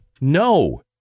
no